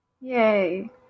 Yay